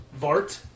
Vart